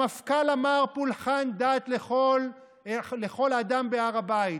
המפכ"ל אמר, פולחן דת לכל אדם בהר הבית,